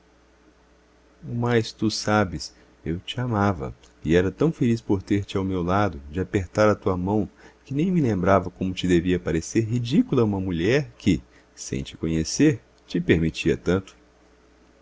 mim o mais tu sabes eu te amava e era tão feliz de ter te ao meu lado de apertar a tua mão que nem me lembrava como te devia parecer ridícula uma mulher que sem te conhecer te permitia tanto